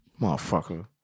Motherfucker